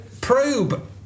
Probe